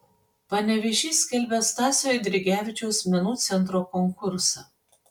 panevėžys skelbia stasio eidrigevičiaus menų centro konkursą